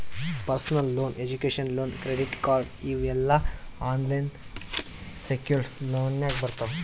personal loan, education loan, credit card ಇವ್ ಎಲ್ಲಾ unsecured ಲೋನ್ನಾಗ್ ಬರ್ತಾವ್